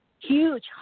Huge